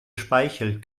speichel